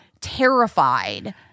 terrified